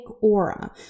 aura